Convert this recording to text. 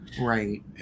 right